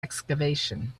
excavation